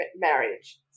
marriage